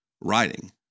writing